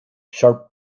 sharp